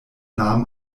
nahm